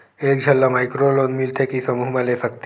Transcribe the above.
एक झन ला माइक्रो लोन मिलथे कि समूह मा ले सकती?